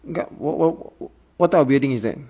guard what what what what type of buildings there